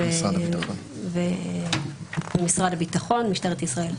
צה"ל ומשרד הביטחון, משטרת ישראל,